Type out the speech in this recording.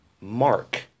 mark